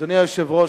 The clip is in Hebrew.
אדוני היושב-ראש,